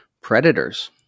predators